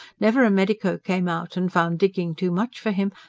never a medico came out and found digging too much for him,